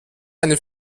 eine